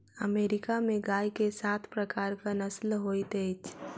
America में गाय के सात प्रकारक नस्ल होइत अछि